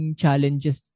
challenges